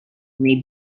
may